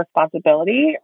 responsibility